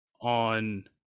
on